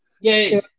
Yay